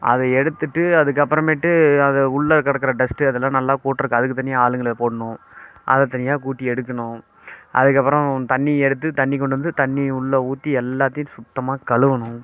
அதை எடுத்துட்டு அதுக்கப்புறமேட்டு அதை உள்ள கிடக்கற டஸ்ட்டு அதெல்லாம் நல்லா கூட்டுறதுக்கு அதுக்கு தனியாக ஆளுங்களை போடணும் அதை தனியாக கூட்டி எடுக்கணும் அதுக்கப்புறம் தண்ணி எடுத்து தண்ணி கொண்டு வந்து தண்ணியை உள்ளே ஊற்றி எல்லாத்தேயும் சுத்தமாக கழுவணும்